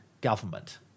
government